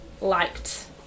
liked